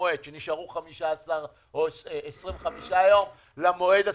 כשנשארו 15 או 25 ימים עד למועד הסופי.